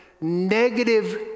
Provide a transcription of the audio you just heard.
negative